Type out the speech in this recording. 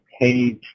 page